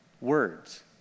words